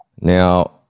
Now